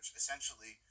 essentially